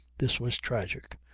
this was tragic.